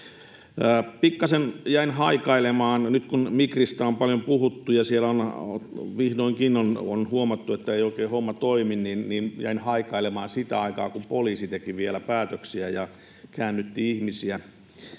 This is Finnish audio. Pikkasen jäin haikailemaan nyt, kun Migristä on paljon puhuttu ja siellä vihdoinkin on huomattu, että ei oikein homma toimi, sitä aikaa, kun poliisi teki vielä päätöksiä ja käännytti ihmisiä.